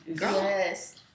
yes